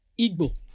Igbo